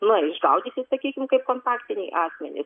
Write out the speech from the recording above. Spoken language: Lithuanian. na išgaudyti sakykim kaip kontaktiniai asmenys